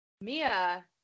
Mia